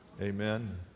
Amen